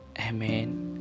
Amen